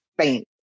Faint